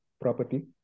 property